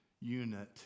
unit